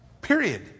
Period